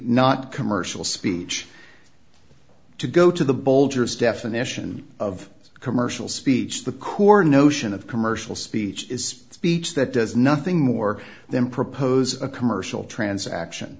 not commercial speech to go to the bulgars definition of commercial speech the core notion of commercial speech is a speech that does nothing more than propose a commercial transaction